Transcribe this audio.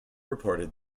reported